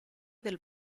del